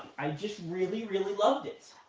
i just really, really loved it.